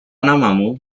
namamu